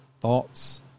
thoughts